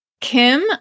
Kim